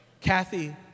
Kathy